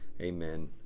amen